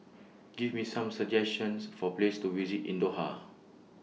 Give Me Some suggestions For Places to visit in Doha